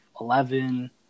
eleven